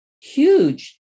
huge